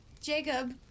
Jacob